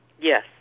Yes